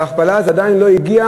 בהכפלה זה עדיין לא הגיע